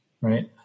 right